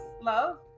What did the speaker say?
Love